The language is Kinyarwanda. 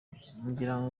ngira